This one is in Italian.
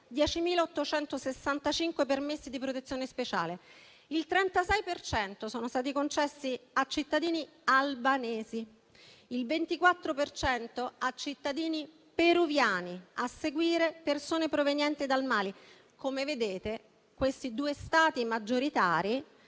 10.865 permessi di protezione speciale: il 36 per cento è stato concesso a cittadini albanesi; il 24 per cento a cittadini peruviani; a seguire, a persone provenienti dal Mali. Come vedete, i due Stati maggioritari